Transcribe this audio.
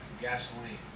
gasoline